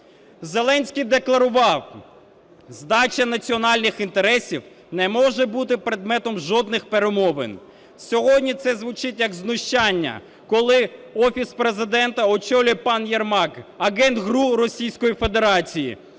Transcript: Зеленський декларував: "Здача національних інтересів не може бути предметом жодних перемовин". Сьогодні це звучить як знущання, коли Офіс Президента очолює пан Єрмак – агент ГРУ Російської Федерації,